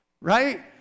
Right